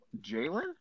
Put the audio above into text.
Jalen